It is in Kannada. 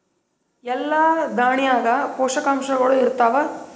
ಎಲ್ಲಾ ದಾಣ್ಯಾಗ ಪೋಷಕಾಂಶಗಳು ಇರತ್ತಾವ?